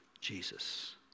Jesus